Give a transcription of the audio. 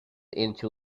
into